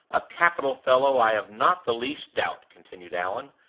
a capital fellow, i have not the least doubt! continued allan,